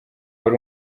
wari